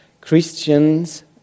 Christians